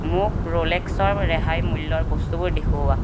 মোক ৰ'লেক্সৰ ৰেহাই মূল্যৰ বস্তুবোৰ দেখুওৱা